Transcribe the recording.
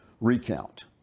recount